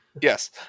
Yes